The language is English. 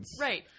right